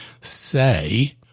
say